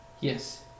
Yes